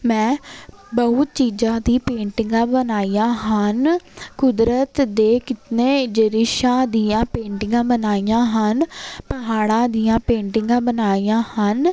ਮੈਂ ਬਹੁਤ ਚੀਜ਼ਾਂ ਦੀ ਪੇਂਟਿੰਗਾਂ ਬਣਾਈਆਂ ਹਨ ਕੁਦਰਤ ਦੇ ਕਿਤਨੇ ਦ੍ਰਿਸ਼ਾਂ ਦੀਆਂ ਪੇਂਟਿੰਗਾਂ ਬਣਾਈਆਂ ਹਨ ਪਹਾੜਾਂ ਦੀਆਂ ਪੇਂਟਿੰਗਾਂ ਬਣਾਈਆਂ ਹਨ